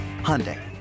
Hyundai